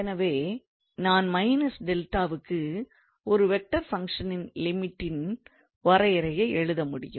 எனவே நான் − 𝛿 க்கு ஒரு வெக்டார் ஃபங்க்ஷனின் லிமிட் ன் வரையறையை எழுத முடியும்